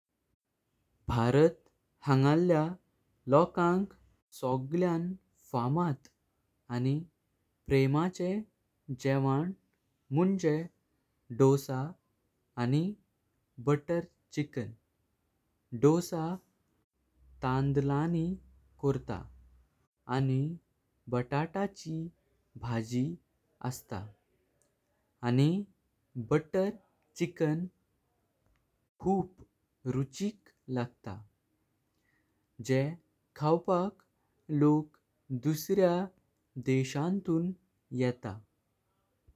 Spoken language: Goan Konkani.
भारत हांगल्या लोकांक सगळ्यान फामात आणि प्रेमाचे जेवन मुझें दोसा आणि बटर चिकन, दोसा तांदळानी करता। आणि बटाटाची भाजी असता आणि बटर चिकन कुच रुचिक लागतां जे खावपाक लोक दुसऱ्या देशांतून येता।